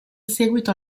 seguito